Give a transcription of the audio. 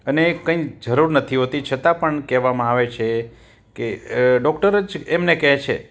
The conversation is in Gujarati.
અને કંઈ જરૂર નથી હોતી છતાં પણ કહેવામાં આવે છે કે ડોક્ટર જ એમને કહે છે